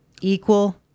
equal